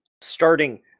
starting